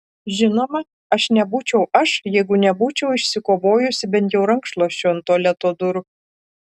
žinoma aš nebūčiau aš jeigu nebūčiau išsikovojusi bent jau rankšluosčio ant tualeto durų